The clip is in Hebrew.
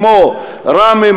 כמו ראמה,